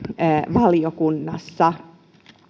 valiokunnassa